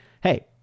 hey